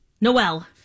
Noel